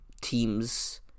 teams